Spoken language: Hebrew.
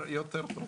יותר טוב.